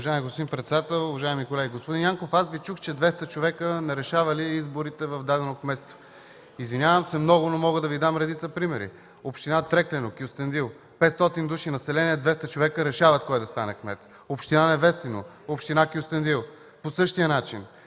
Уважаеми господин председател, уважаеми колеги! Господин Янков, аз Ви чух, че 200 човека не решавали изборите в дадено кметство. Извинявам се, но мога да Ви дам редица примери: община Трекляно – Кюстендил, 500 души настроение, 200 човека решават кой да стане кмет; община Невестино, община Кюстендил, по същия начин.